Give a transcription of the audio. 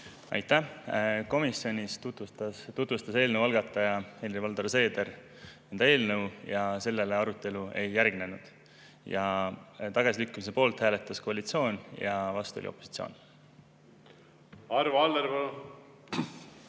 Aitäh! Komisjonis tutvustas eelnõu algataja Helir-Valdor Seeder enda eelnõu ja sellele arutelu ei järgnenud. Tagasilükkamise poolt hääletas koalitsioon ja vastu oli opositsioon. Arvo Aller,